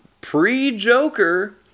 pre-Joker